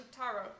Tarot